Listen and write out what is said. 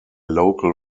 local